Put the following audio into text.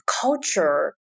culture